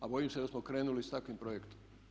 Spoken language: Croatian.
A bojim se da smo krenuli s takvim projektom.